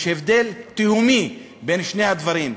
יש הבדל תהומי בין שני הדברים.